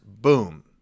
boom